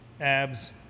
abs